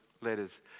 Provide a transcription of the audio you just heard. letters